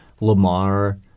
Lamar